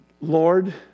Lord